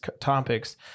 topics